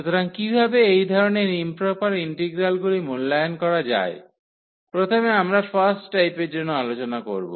সুতরাং কীভাবে এই ধরনের ইম্প্রপার ইন্টিগ্রালগুলি মূল্যায়ন করা যায় প্রথমে আমরা ফার্স্ট টাইপের জন্য আলোচনা করব